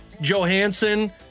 Johansson